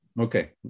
Okay